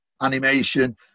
animation